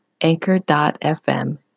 anchor.fm